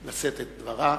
לשאת את דברה,